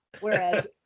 whereas